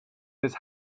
his